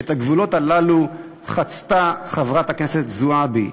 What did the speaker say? ואת הגבולות הללו חצתה חברת הכנסת זועבי.